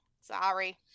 Sorry